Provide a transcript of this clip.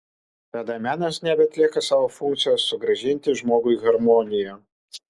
tada menas nebeatlieka savo funkcijos sugrąžinti žmogui harmoniją